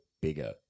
bigger